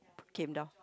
came down